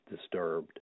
disturbed